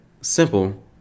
simple